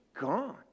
gone